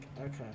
Okay